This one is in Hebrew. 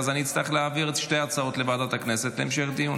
אז אני אצטרך להעביר את שתי ההצבעות לוועדת הכנסת להמשך דיון,